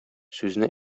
сүзне